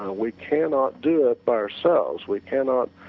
ah we cannot do it by ourselves, we cannot